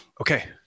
okay